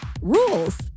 Rules